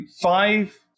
five